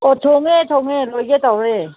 ꯑꯣ ꯊꯣꯡꯉꯦ ꯊꯣꯡꯉꯦ ꯂꯣꯏꯒꯦ ꯇꯧꯔꯦ